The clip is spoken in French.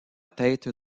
tête